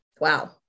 wow